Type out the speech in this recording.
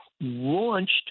launched